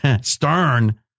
Stern